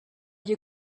you